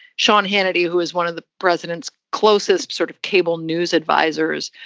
sean hannity, who is one of the president's closest sort of cable news advisers,